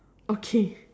okay